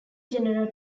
general